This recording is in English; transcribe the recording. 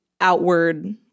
outward